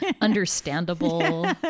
understandable